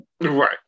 Right